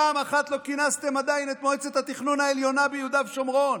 פעם אחת לא כינסתם עדיין את מועצת התכנון העליונה ביהודה ושומרון.